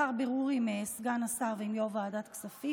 לאחר בירור עם סגן השר ועם יו"ר ועדת הכספים,